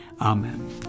Amen